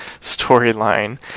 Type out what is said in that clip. storyline